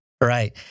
Right